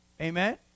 Amen